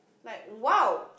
like !wow!